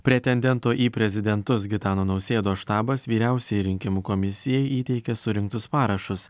pretendento į prezidentus gitano nausėdos štabas vyriausiajai rinkimų komisijai įteikė surinktus parašus